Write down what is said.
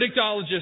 predictologist